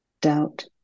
doubt